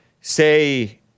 say